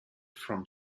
from